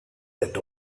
that